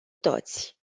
toți